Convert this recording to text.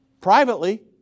privately